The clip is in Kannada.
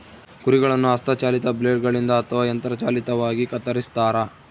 ಕುರಿಗಳನ್ನು ಹಸ್ತ ಚಾಲಿತ ಬ್ಲೇಡ್ ಗಳಿಂದ ಅಥವಾ ಯಂತ್ರ ಚಾಲಿತವಾಗಿ ಕತ್ತರಿಸ್ತಾರ